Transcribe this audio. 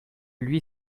lui